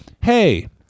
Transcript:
Hey